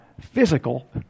physical